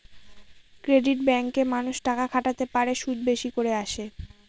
credit ব্যাঙ্কে মানুষ টাকা খাটাতে পারে, সুদ বেশি করে আসে